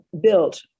built